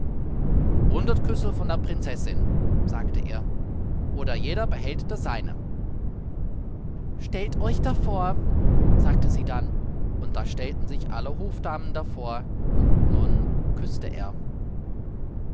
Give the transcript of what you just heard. hundert küsse von der prinzessin sagte er oder jeder behält das seine stellt euch davor sagte sie dann und da stellten sich alle hofdamen davor und nun küßte er